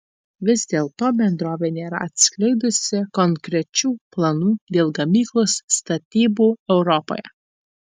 vis dėlto bendrovė nėra atskleidusi konkrečių planų dėl gamyklos statybų europoje